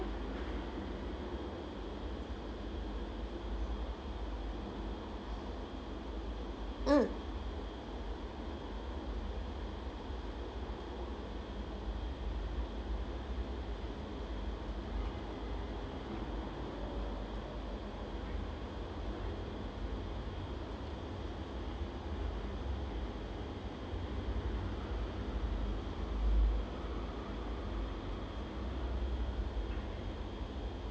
mm